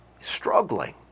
struggling